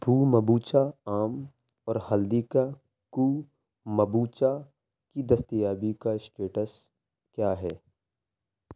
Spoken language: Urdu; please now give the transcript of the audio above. بومبوچا آم اور ہلدی کا کومبوچہ کی دستیابی کا اسٹیٹس کیا ہے